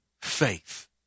faith